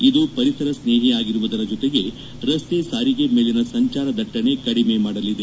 ಇದು ಪರಿಸರ ಸ್ನೇಹಿ ಅಗಿರುವುದರ ಜೊತೆಗೆ ರಸ್ತೆ ಸಾರಿಗೆ ಮೇಲಿನ ಸಂಚಾರ ದಟ್ಟಣೆ ಕಡಿಮೆ ಮಾಡಲಿದೆ